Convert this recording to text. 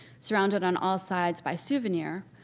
surrounded on all sides by souvenir,